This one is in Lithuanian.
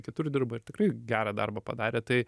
kitur dirba ir tikrai gerą darbą padarė tai